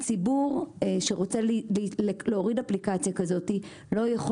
הציבור שרוצה להוריד אפליקציה כזאת לא יכול